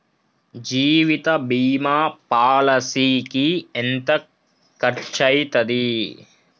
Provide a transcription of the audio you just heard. జీవిత బీమా పాలసీకి ఎంత ఖర్చయితది?